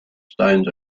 stones